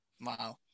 Wow